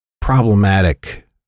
problematic